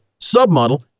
submodel